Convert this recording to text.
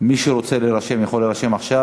מי שרוצה לדבר יכול להירשם עכשיו,